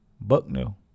Bucknell